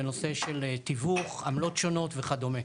לנושא של תיווך, עמלות שונות וכדומה?